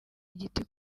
igiti